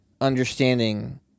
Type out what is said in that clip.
understanding